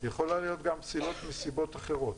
יכולות להיות פסילות גם מסיבות אחרות.